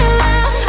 love